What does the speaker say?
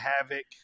Havoc